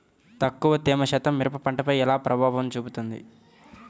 తక్కువ తేమ శాతం మిరప పంటపై ఎలా ప్రభావం చూపిస్తుంది?